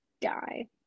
die